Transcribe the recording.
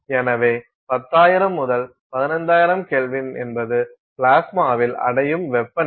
எனவே 10000 முதல் 15000K என்பது பிளாஸ்மாவில் அடையும் வெப்பநிலை